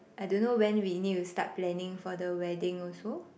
I don't know when we need to start planning for the wedding also